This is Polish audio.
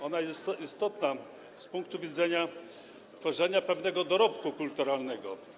Ona jest istotna z punktu widzenia tworzenia pewnego dorobku kulturalnego.